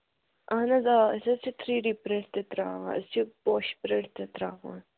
اَہَن حظ آ أسۍ حظ چھِ تھرٛی ڈی پرٛنٛٹ تہِ ترٛاوان أسۍ چھِ پوشہِ پرٛنٛٹ تہِ ترٛاوان